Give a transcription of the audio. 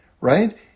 right